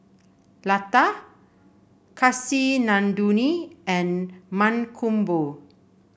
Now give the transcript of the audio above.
Lata Kasinadhuni and Mankombu